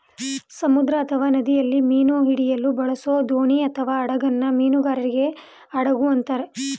ಸಮುದ್ರ ಅಥವಾ ನದಿಯಲ್ಲಿ ಮೀನು ಹಿಡಿಯಲು ಬಳಸೋದೋಣಿಅಥವಾಹಡಗನ್ನ ಮೀನುಗಾರಿಕೆ ಹಡಗು ಅಂತಾರೆ